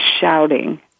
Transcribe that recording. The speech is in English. shouting